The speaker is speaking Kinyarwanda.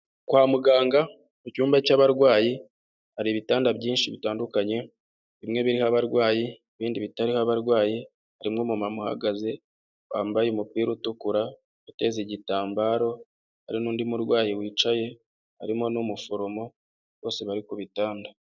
Kwa muganga mu cyumba cy'abarwayi, hari ibitanda byinshi bitandukanye, bimwe biriho abarwayi, ibindi bitariho abarwayi, harimo umumama uhagaze, wambaye umupira utukura, uteze igitambaro, hari n'undi murwayi wicaye, harimo n'umuforomo, bose bari ku bitanda.